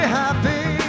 happy